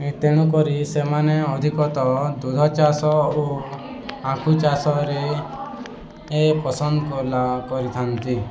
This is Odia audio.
ତେଣୁ କରି ସେମାନେ ଅଧିକତଃ ଦୁଧ ଚାଷ ଓ ଆଖୁ ଚାଷରେ ପସନ୍ଦ କରିଥାନ୍ତି